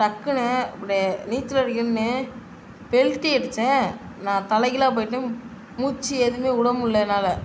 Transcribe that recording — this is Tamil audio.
டக்குனு இப்படி நீச்சல் அடிக்கணுன்னு பெல்ட்டி அடிச்சேன் நான் தலை கீழாக போய்ட்டேன் மூச்சு எதுவுமே விடமுல்ல என்னால்